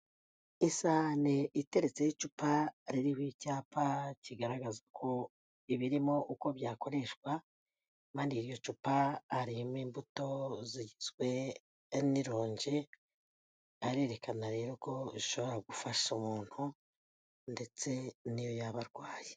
Isahane iteretseho icupa ririho icyapa kigaragaza ko ibirimo uko byakoreshwa impande yiryo cupa harimo imbuto zigizwe n'ilongi arerekana rero ko ishobora gufasha umuntu ndetse n'iyo yaba arwaye.